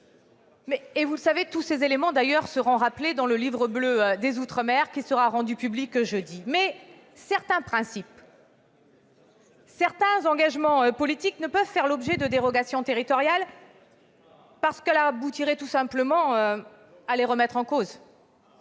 est concernée. Tous ces éléments seront rappelés dans le livre bleu des outre-mer, qui sera rendu public jeudi. Mais certains principes, certains engagements politiques ne peuvent faire l'objet de dérogations territoriales, parce que cela aboutirait tout simplement à les remettre en cause.